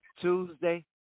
Tuesday